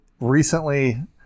recently